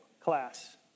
class